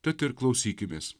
tad ir klausykimės